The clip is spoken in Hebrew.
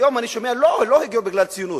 היום אני שומע: לא, לא הגיעו בגלל ציונות,